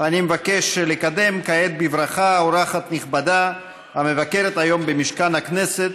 אני מבקש לקדם כעת בברכה אורחת נכבדה המבקרת היום במשכן הכנסת,